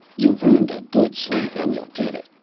you've earned a good sleep, and you'll get it.